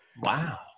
wow